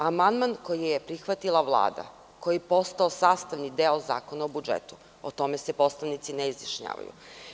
Amandman koji je prihvatila Vlada, koji je postao sastavni deo Zakona o budžetu, o tome se poslanici ne izjašnjavaju.